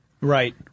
Right